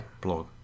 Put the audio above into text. blog